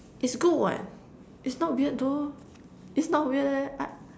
it's good what it's not weird though it's not weird I